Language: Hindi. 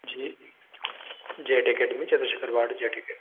ji jet academy Chandrashekhar ward jet अकैड